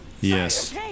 Yes